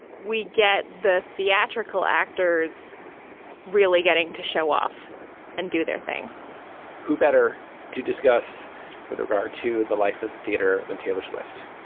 we get the theatrical actors really getting to show off and do their thing miss. who better to discuss with regard to the life of the theatre than taylor swift?